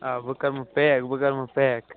آ بہٕ کرمو پیک بہٕ کرٕ یِمہٕ پیک